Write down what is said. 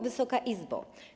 Wysoka Izbo!